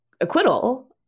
acquittal